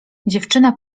dziewczyna